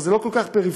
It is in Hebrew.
זה לא כל כך פריפריה,